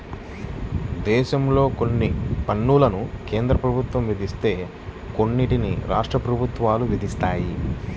దేశంలో కొన్ని పన్నులను కేంద్ర ప్రభుత్వం విధిస్తే కొన్నిటిని రాష్ట్ర ప్రభుత్వాలు విధిస్తాయి